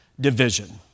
division